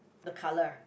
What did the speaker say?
the colour